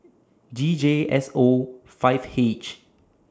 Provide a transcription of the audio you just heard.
G J S O five H